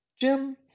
Jim